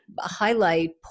highlight